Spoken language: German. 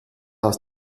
aus